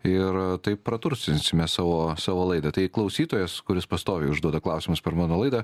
ir taip pratursinsime savo savo laidą tai klausytojas kuris pastoviai užduoda klausimus per mano laidą